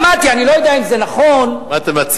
שמעתי, אני לא יודע אם זה נכון, מה אתה מציע?